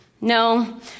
No